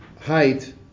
height